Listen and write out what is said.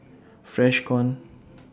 Freshkon